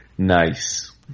Nice